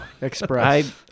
Express